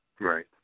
Right